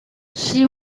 she